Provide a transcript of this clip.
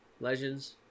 legends